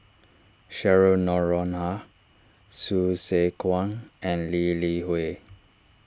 Cheryl Noronha Hsu Tse Kwang and Lee Li Hui